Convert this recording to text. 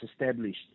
established